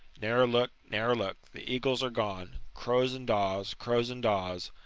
ne'er look, ne'er look the eagles are gone. crows and daws, crows and daws!